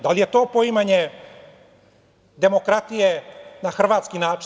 Da li je to poimanje demokratije na hrvatski način?